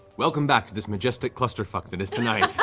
welcome back to this majestic clusterfuck that is tonight.